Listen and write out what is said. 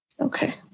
Okay